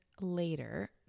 later